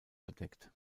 bedeckt